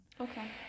Okay